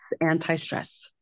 anti-stress